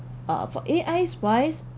uh for A_Is wise